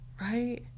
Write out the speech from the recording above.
right